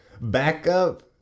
backup